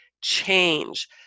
change